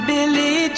Billy